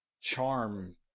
charm